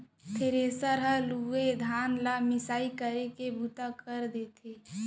thresher हर लूए धान ल मिसाई करे के बूता कर देथे